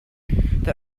the